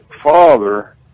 father